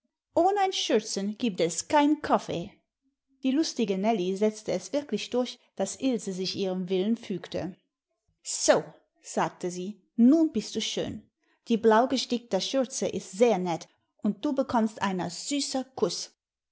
ohn ein schürzen giebt es kein kaffee die lustige nellie setzte es wirklich durch daß ilse sich ihrem willen fügte so sagte sie nun bist du schön die blau gestickter schürze ist sehr nett und du bekommst einer süßer kuß